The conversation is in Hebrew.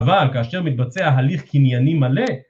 אבל, כאשר מתבצע הליך קנייני מלא